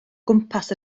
gwmpas